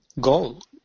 goal